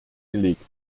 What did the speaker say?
gelegt